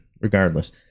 regardless